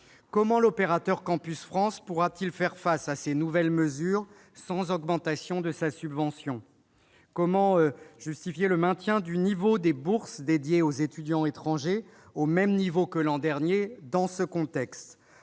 Comment l'opérateur Campus France pourra-t-il faire face à ces nouvelles mesures sans augmentation de sa subvention ? Comment justifier le maintien du niveau des bourses dédiées aux étudiants étrangers au même niveau que l'an dernier dans ce contexte ?